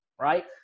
right